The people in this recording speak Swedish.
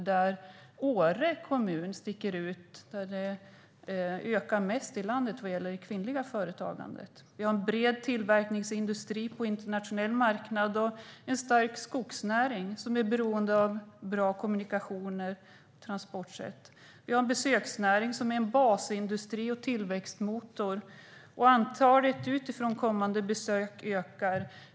I Åre kommun ökar det kvinnliga företagandet mest i landet. Vi har en bred tillverkningsindustri på internationell marknad och en stark skogsnäring, som är beroende av bra kommunikationer och transportsätt. Vi har en besöksnäring som är en basindustri och tillväxtmotor, och antalet utifrån kommande besök ökar.